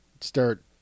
start